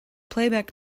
playback